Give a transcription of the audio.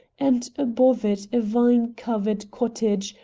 and above it a vine-covered cottage,